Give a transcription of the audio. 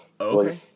Okay